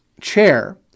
chair